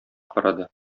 карады